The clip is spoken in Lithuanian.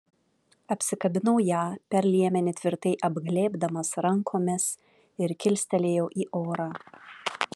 apsikabinau ją per liemenį tvirtai apglėbdamas rankomis ir kilstelėjau į orą